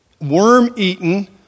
Worm-eaten